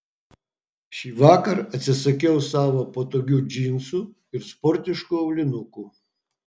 šįvakar atsisakiau savo patogių džinsų ir sportiškų aulinukų